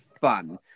fun